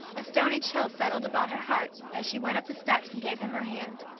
a stony chill settled about her heart as she went up the steps and gave him her hand.